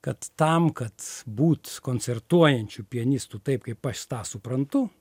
kad tam kad būt koncertuojančiu pianistu taip kaip aš tą suprantu